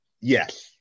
yes